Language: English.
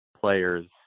players